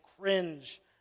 cringe